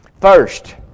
First